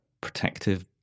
protective